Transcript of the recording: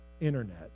Internet